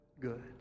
good